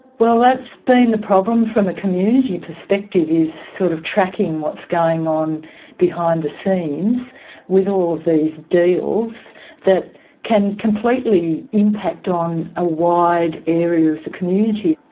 well, that's the problem from a community perspective, is sort of tracking what's going on behind the scenes with all of these deals that can completely impact on a wide area of the community.